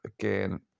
again